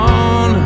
on